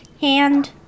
hand